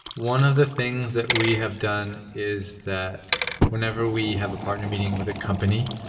one of the things that we have done is that whenever we have a partner meeting with a company,